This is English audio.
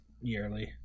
yearly